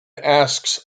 asks